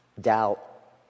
Doubt